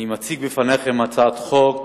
אני מציג בפניכם הצעת חוק